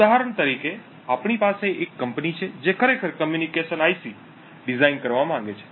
ઉદાહરણ તરીકે આપણી પાસે એક કંપની છે જે ખરેખર કમ્યુનિકેશન આઈસી ડિઝાઇન કરવા માંગે છે